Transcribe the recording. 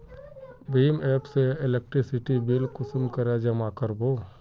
भीम app से electricity bill कुंसम करे जमा कर बो?